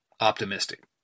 optimistic